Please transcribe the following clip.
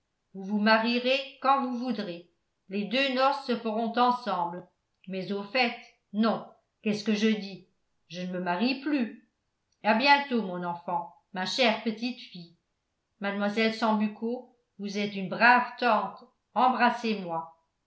vous vous marierez quand vous voudrez les deux noces se feront ensemble mais au fait non qu'est-ce que je dis je ne me marie plus à bientôt mon enfant ma chère petite-fille mademoiselle sambucco vous êtes une brave tante embrassez-moi